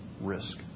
risk